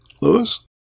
Lewis